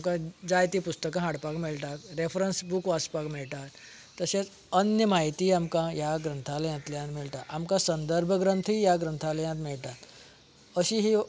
आमकां जायती पुस्तकां हाडपाक मेळटात रॅफ्रंस बूक वाचपाक मेळटात तशेंच अन्य म्हायती आमकां ह्या ग्रंथालयातल्यान मेळटात आमकां संदर्भ ग्रंथय ह्या ग्रंथालयांत मेळटात अशी ही